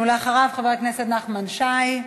אחריו, חבר הכנסת נחמן שי,